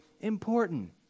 important